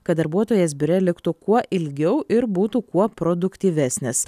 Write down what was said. kad darbuotojas biure liktų kuo ilgiau ir būtų kuo produktyvesnis